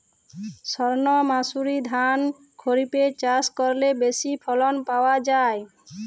সর্ণমাসুরি ধান খরিপে চাষ করলে বেশি ফলন পাওয়া যায়?